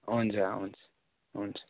हुन्छ हुन्छ हुन्छ